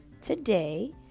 today